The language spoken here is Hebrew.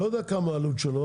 אני לא יודע כמה העלות שלו,